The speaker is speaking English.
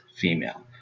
female